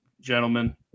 gentlemen